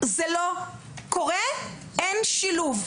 זה לא קורה, אין שילוב.